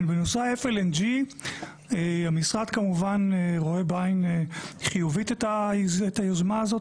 בנושא ה-FLNG המשרד כמובן רואה בעין חיובית את היוזמה הזאת.